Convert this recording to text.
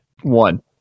one